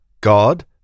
God